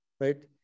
right